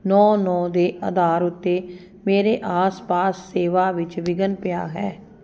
ਨੌਂ ਨੌਂ ਦੇ ਅਧਾਰ ਉੱਤੇ ਮੇਰੇ ਆਸ ਪਾਸ ਸੇਵਾ ਵਿੱਚ ਵਿਘਨ ਪਿਆ ਹੈ